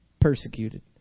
Persecuted